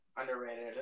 Underrated